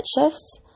shifts